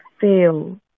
fail